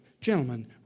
Gentlemen